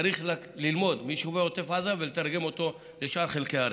צריך ללמוד מיישובי עוטף עזה ולתרגם אותו לשאר חלקי הארץ.